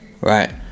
right